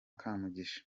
kamugisha